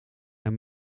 een